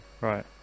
right